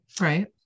Right